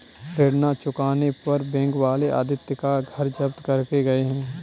ऋण ना चुकाने पर बैंक वाले आदित्य का घर जब्त करके गए हैं